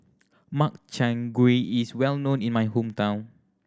Makchang Gui is well known in my hometown